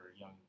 Young